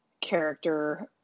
character